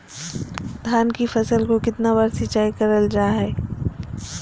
धान की फ़सल को कितना बार सिंचाई करल जा हाय?